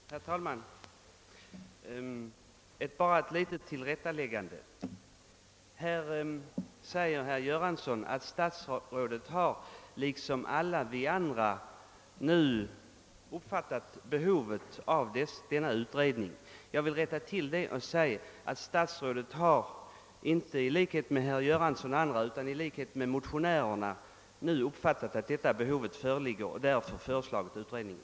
Herr talman! Bara ett litet tillrättaläggande. Herr Göransson sade att statsrådet liksom alla andra nu hade uppfattat behovet av dessa utredningar. Jag vill rätta till det och säga att statsrådet har, inte i likhet med herr Göransson och andra utan i likhet med motionärerna, nu uppfattat att detta behov föreligger och därför föreslagit utredningen.